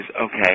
okay